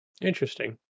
Interesting